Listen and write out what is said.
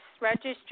register